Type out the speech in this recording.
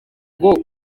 ngo